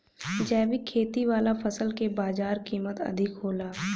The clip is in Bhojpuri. जैविक खेती वाला फसल के बाजार कीमत अधिक होला